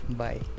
bye